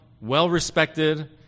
well-respected